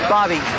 Bobby